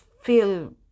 feel